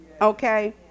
okay